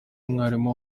mwarimu